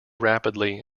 rapidly